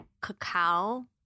cacao